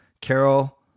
Carol